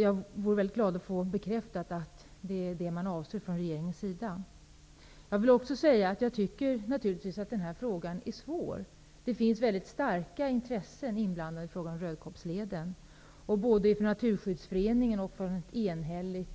Jag vore mycket glad över att få bekräftat att det från regeringens sida är vad man avser. Den här frågan är svår. Det finns många starka intressen inblandade i frågan om Rödkobbsleden. Både från Naturskyddsföreningen och från en samstämmig